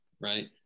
right